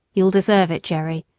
you'll deserve it, jerry,